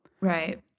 Right